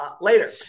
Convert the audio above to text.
later